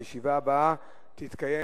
הישיבה הבאה תתקיים,